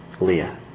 Leah